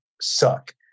suck